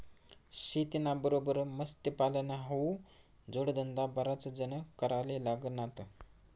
शेतीना बरोबर मत्स्यपालन हावू जोडधंदा बराच जण कराले लागनात